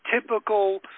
typical